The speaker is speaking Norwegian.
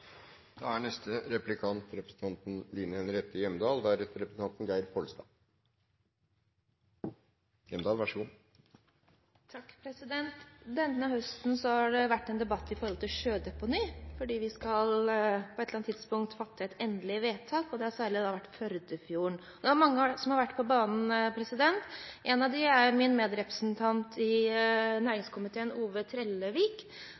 Denne høsten har det vært en debatt om sjødeponi, for på et eller annet tidspunkt skal vi fatte et endelig vedtak her, og det har særlig vært snakk om Førdefjorden. Det er mange som har vært på banen. Én av dem er min medrepresentant i næringskomiteen, Ove Bernt Trellevik.